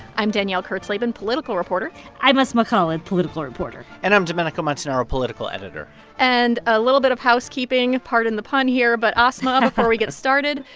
i'm danielle kurtzleben, political reporter i'm asma khalid, political reporter and i'm domenico montanaro, political editor and a little bit of housekeeping. pardon the pun here, but, asma, before we get started,